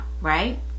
right